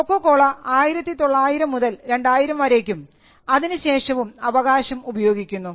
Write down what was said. Coca Cola 1900 മുതൽ 2000 വരെക്കും അതിനുശേഷവും അവകാശം ഉപയോഗിക്കുന്നു